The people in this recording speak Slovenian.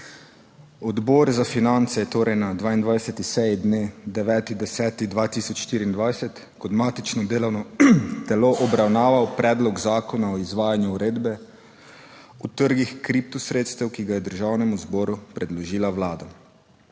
Odbor za finance je torej na 22. seji dne 9. 10. 2024 kot matično delovno telo obravnaval Predlog zakona o izvajanju Uredbe (EU) o trgih kriptosredstev, ki ga je Državnemu zboru predložila Vlada.